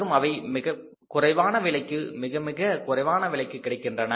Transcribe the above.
மற்றும் அவை மிகக் குறைவான விலைக்கு மிக மிக குறைவான விலைக்கு கிடைக்கின்றன